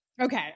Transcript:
Okay